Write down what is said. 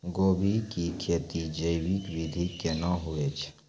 गोभी की खेती जैविक विधि केना हुए छ?